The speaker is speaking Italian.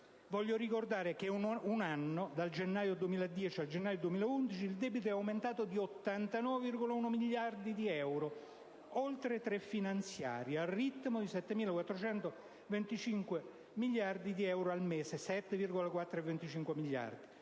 Voglio ricordare che in un anno, dal gennaio 2010 al gennaio 2011, il debito è aumentato di 89,1 miliardi di euro, oltre tre finanziarie, al ritmo di 7,425 miliardi di euro al mese, ovverosia